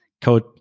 code